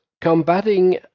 combating